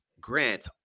Grant